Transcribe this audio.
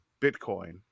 bitcoin